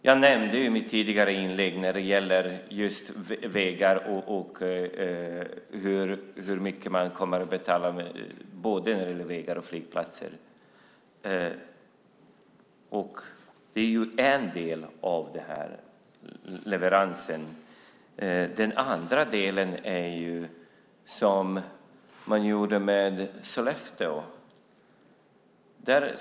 Jag nämnde i mitt tidigare inlägg hur mycket man kommer att betala för vägar och flygplatser. Det är en del av leveransen. Den andra delen är det man gjorde med Sollefteå.